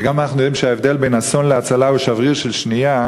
וגם אנחנו יודעים שההבדל בין אסון להצלה הוא שבריר של שנייה,